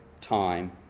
time